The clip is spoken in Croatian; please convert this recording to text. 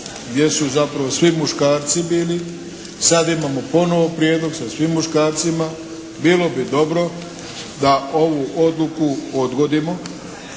gdje su zapravo svi muškarci bili. Sad imamo ponovo prijedlog sa svim muškarcima. Bilo bi dobro da ovu odluku odgodimo